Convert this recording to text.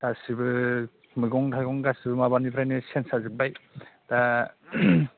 गासैबो मैगं थाइगं गासैबो माबानिफ्रायनो चेन्ज जाजोब्बाय दा